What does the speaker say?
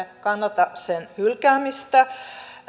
kannata sen hylkäämistä